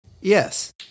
Yes